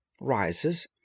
Rises